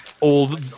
Old